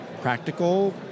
practical